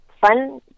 fun